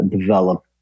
develop